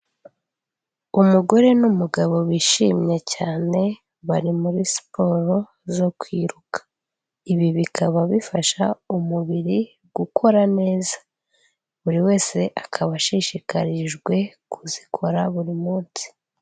Umugore n'umugabo bishimye cyane bari muri siporo zo kwiruka, ibi bikaba bifasha umubiri gukora neza, buri wese akaba ashishikarijwe kuzikora buri munsi.